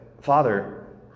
Father